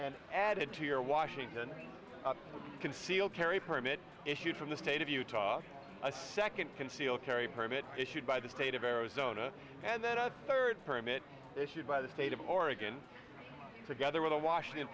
and add to your washington concealed carry permit issued from the state of utah a second concealed carry permit issued by the state of arizona and then a third permit issued by the state of oregon together with a washington